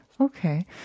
Okay